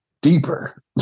deeper